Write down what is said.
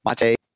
mate